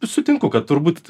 sutinku kad turbūt